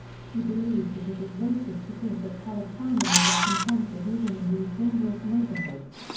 she believes that it is racist to think that colored families are content with living in these dangerous neighborhoods.